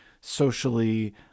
socially